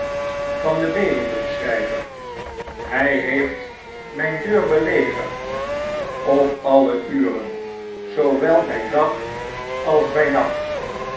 van den bedelbriefschryver hy heeft myn deur belegerd op alle uren zoo wel by dag als by nacht